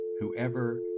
whoever